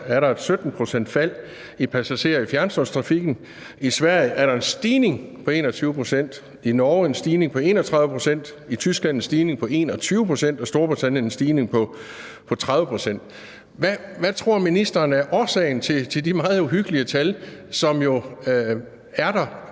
er der et fald på 17 pct. i passagertallet i fjerntogstrafikken. I Sverige er der en stigning på 21 pct., i Norge en stigning på 31 pct., i Tyskland en stigning på 21 pct. og i Storbritannien en stigning på 30 pct. Hvad tror ministeren er årsagen til det meget uhyggelige tal, som jo er der,